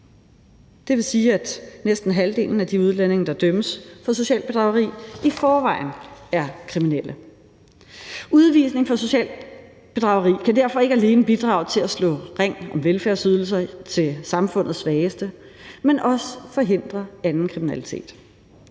Det vil sige, at næsten halvdelen af de udlændinge, der dømmes for socialt bedrageri, i forvejen er kriminelle. Udvisning for socialt bedrageri kan derfor ikke alene bidrage til at slå ring om velfærdsydelser til samfundets svageste, men også forhindre anden kriminalitet.